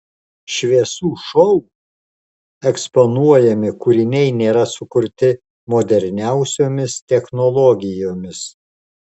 šviesų šou eksponuojami kūriniai nėra sukurti moderniausiomis technologijomis